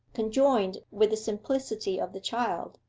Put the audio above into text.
conjoined with the simplicity of the child,